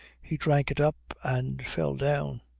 he drank it up and fell down.